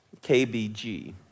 KBG